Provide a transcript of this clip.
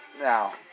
now